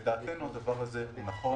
לדעתנו הדבר הזה נכון.